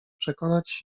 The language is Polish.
przekonać